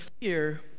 fear